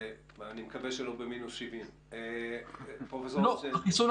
אני מקווה שלא במינוס 70. החיסון